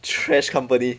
trash compan~